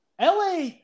LA